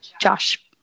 josh